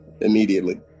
immediately